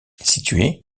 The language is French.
situé